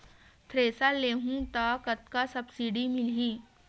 Thresher लेहूं त कतका सब्सिडी मिलही?